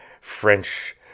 French